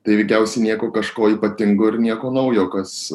tai veikiausiai nieko kažko ypatingo ir nieko naujo kas